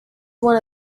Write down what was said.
one